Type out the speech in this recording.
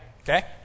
Okay